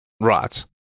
Right